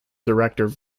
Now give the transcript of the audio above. director